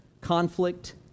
conflict